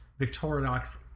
victorinox